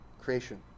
creation